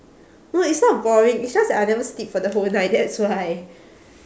no it's not boring it's just that I never sleep for the whole night that's why